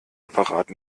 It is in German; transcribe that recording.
apparat